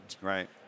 Right